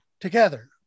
together